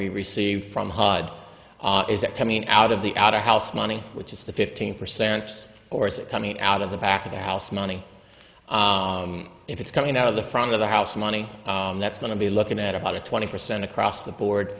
we received from hod is it coming out of the out of house money which is the fifteen percent or is it coming out of the back of the house money if it's coming out of the front of the house money that's going to be looking at about a twenty percent across the board